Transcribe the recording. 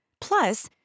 Plus